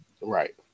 Right